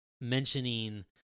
mentioning